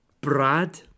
Brad